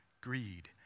greed